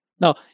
Now